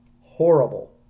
Horrible